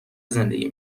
زندگی